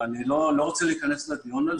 אני לא רוצה להיכנס לדיון הזה.